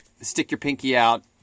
stick-your-pinky-out